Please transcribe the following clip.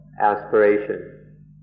aspiration